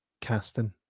casting